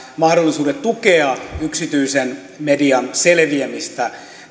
mahdollisuudet tukea yksityisen median selviämistä